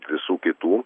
visų kitų